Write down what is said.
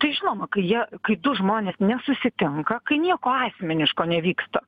tai žinoma kai jie kai du žmonės nesusitinka kai nieko asmeniško nevyksta